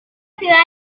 ciudad